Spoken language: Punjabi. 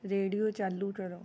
ਰੇਡੀਓ ਚਾਲੂ ਕਰੋ